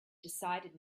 decided